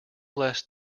less